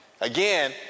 Again